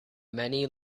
many